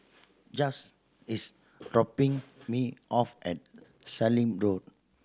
Jett's is dropping me off at Sallim Road